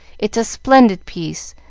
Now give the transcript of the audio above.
it's a splendid piece,